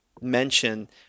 mention